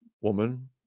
woman